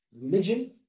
religion